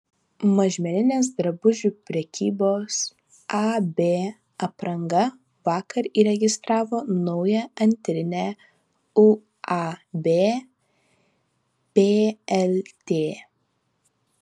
mažmeninės drabužių prekybos ab apranga vakar įregistravo naują antrinę uab plt